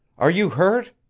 are you hurt?